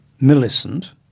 millicent